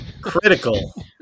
critical